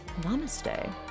namaste